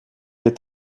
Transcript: est